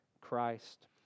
Christ